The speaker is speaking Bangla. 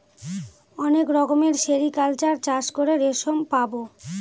অনেক রকমের সেরিকালচার চাষ করে রেশম পাবো